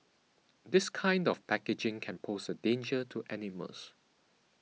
this kind of packaging can pose a danger to animals